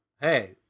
Hey